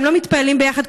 הם לא מתפללים ביחד,